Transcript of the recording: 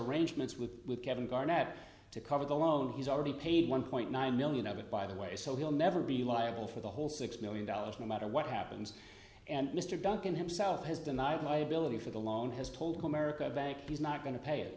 arrangements with kevin garnett to cover the loan he's already paid one point nine million of it by the way so he'll never be liable for the whole six million dollars no matter what happens and mr duncan himself has denied liability for the loan has told the america bank he's not going to pay it